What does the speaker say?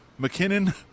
McKinnon